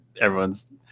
everyone's